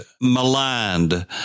maligned